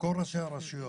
שכל ראשי הרשויות